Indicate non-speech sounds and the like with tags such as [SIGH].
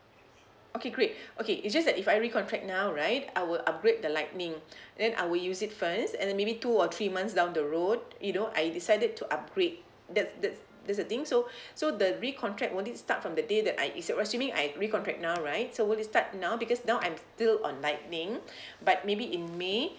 okay great [BREATH] okay it's just that if I recontract now right I will upgrade the lightning [BREATH] then I will use it first and then maybe two or three months down the road you know I decided to upgrade that that's that's the thing so [BREATH] so the recontract won't it start from the day that I is it assuming I recontract now right so will you start now because now I'm still on lightning [BREATH] but maybe in may